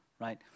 right